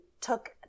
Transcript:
took